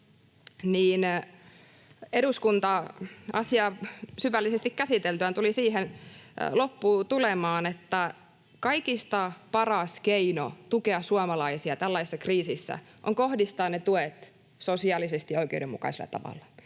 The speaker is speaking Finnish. eduskunta asiaa syvällisesti käsiteltyään tuli siihen lopputulemaan, että kaikista paras keino tukea suomalaisia tällaisessa kriisissä on kohdistaa tuet sosiaalisesti oikeudenmukaisella tavalla.